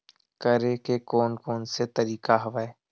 करे के कोन कोन से तरीका हवय?